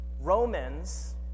Romans